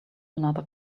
another